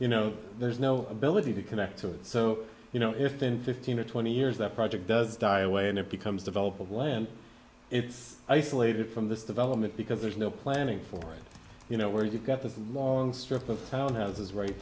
you know there's no ability to connect to it so you know if ten fifteen or twenty years that project does die away and it becomes develop of land it's isolated from this development because there's no planning for you know where you've got this long strip of houses right